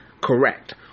Correct